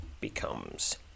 becomes